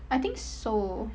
I think so